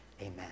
Amen